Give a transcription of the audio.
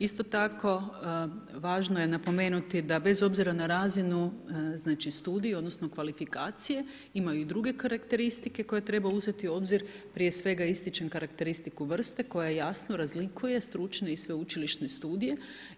Isto tako, važno je napomenuti da bez obzira na razinu, znači studiji, odnosno, kvalifikacije imaju druge karakteristike koje treba uzeti u obzir, prije svega ističem karakteristiku vrste koja jasno razlikuje stručne i sveučilišne studije.